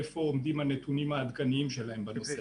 איפה עומדים הנתונים העדכניים שלהם בנושא הזה.